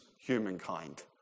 humankind